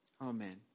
Amen